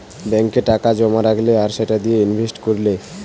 ব্যাংকে টাকা জোমা রাখলে আর সেটা দিয়ে ইনভেস্ট কোরলে